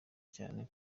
cyane